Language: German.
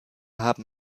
haben